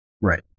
Right